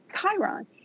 Chiron